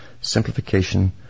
simplification